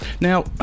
Now